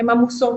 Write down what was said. הן עמוסות